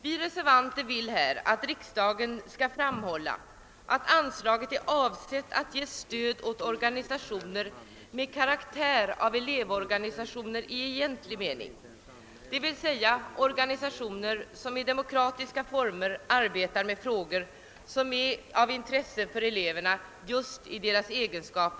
Vi reservanter vill att riksdagen skall framhålla att >anslaget är avsett att ge stöd åt organisationer med karaktär av elev "organisationer i egentlig mening d. v. s. organisationer som i demokratiska former arbetar med de frågor som är av intresse för eleverna just i denna deras egenskap».